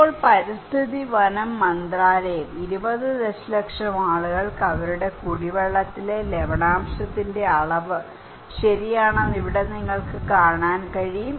ഇപ്പോൾ പരിസ്ഥിതി വനം മന്ത്രാലയം 20 ദശലക്ഷം ആളുകൾക്ക് അവരുടെ കുടിവെള്ളത്തിലെ ലവണാംശത്തിന്റെ അളവ് ശരിയാണെന്ന് ഇവിടെ നിങ്ങൾക്ക് കാണാൻ കഴിയും